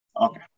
Okay